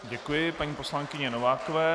Děkuji paní poslankyni Novákové.